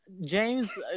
james